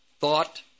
thought